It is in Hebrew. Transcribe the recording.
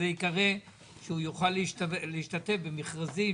שהוא יוכל להשתתף במכרזים,